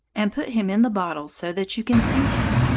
and put him in the bottle so that you can see him.